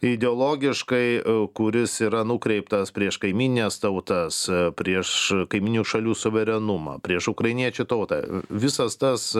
ideologiškai kuris yra nukreiptas prieš kaimynines tautas prieš kaimynių šalių suverenumą prieš ukrainiečių tautą visas tas